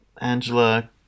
Angela